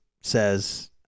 says